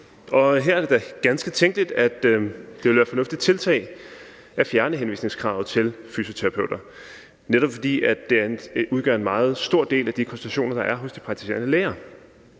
Og her er det da ganske tænkeligt, at det ville være et fornuftigt tiltag at fjerne henvisningskravet til fysioterapeuter, netop fordi det udgør en meget stor del af de konsultationer, der er hos de praktiserende læger.